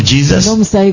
Jesus